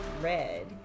Red